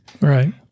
Right